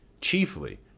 chiefly